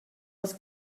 les